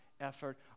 effort